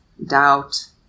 doubt